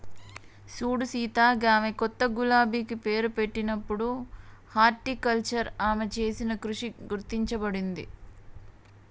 సూడు సీత గామె కొత్త గులాబికి పేరు పెట్టినప్పుడు హార్టికల్చర్ ఆమె చేసిన కృషి గుర్తించబడింది